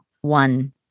one